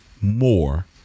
more